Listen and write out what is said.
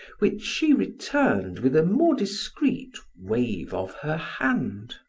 which she returned with a more discreet wave of her hand.